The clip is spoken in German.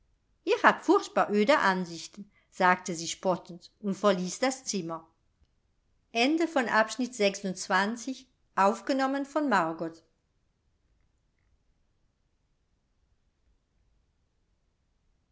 ihr habt furchtbar öde ansichten sagte sie spottend und verließ das zimmer